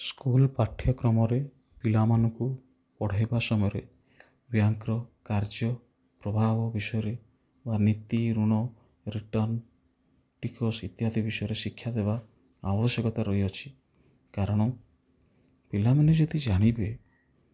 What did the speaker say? school ପାଠ୍ୟକ୍ରମରେ ପିଲା ମାନଙ୍କୁ ପଢ଼େଇବା ସମୟରେ ବ୍ୟାଙ୍କ୍ ର କାର୍ଯ୍ୟ ପ୍ରଭାବ ବିଷୟରେ ବା ନୀତି ଋଣ ରିଟନ୍ ଟିକସ ଇତ୍ୟାଦି ବିଷୟରେ ଶିକ୍ଷା ଦେବା ଆବଶ୍ୟକତା ରହିଅଛି କାରଣ ପିଲାମାନେ ଯଦି ଜାଣିବେ